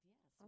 Yes